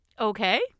Okay